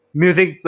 music